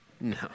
No